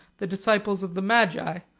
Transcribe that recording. the disciples of the magi,